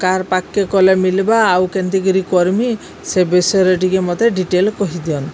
car ପାଖ୍କେ ଗଲେ ମିଲିବା ଆଉ କେମିତିକରି କରମି ସେ ବିଷୟରେ ଟିକେ ମୋତେ ଡିଟେଲ କହିଦିଅନ୍ତୁ